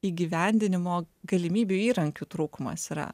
įgyvendinimo galimybių įrankių trūkumas yra